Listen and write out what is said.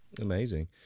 Amazing